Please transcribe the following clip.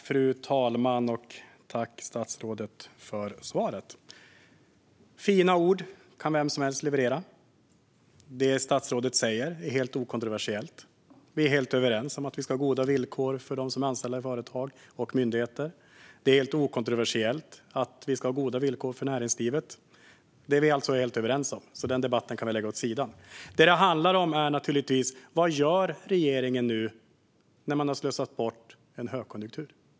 Fru talman! Tack, statsrådet, för svaret! Fina ord kan vem som helst leverera. Det statsrådet säger är helt okontroversiellt. Vi är helt överens om att vi ska ha goda villkor för dem som är anställda i företag och på myndigheter. Det är helt okontroversiellt att vi ska ha goda villkor för näringslivet. Det är vi alltså helt överens om, så den debatten kan vi lägga åt sidan. Vad det handlar om är naturligtvis vad regeringen nu gör när man har slösat bort en högkonjunktur.